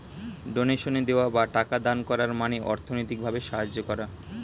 ডোনেশনে দেওয়া বা টাকা দান করার মানে অর্থনৈতিক ভাবে সাহায্য করা